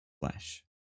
flesh